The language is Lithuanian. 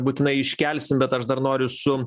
būtinai jį iškelsim bet aš dar noriu su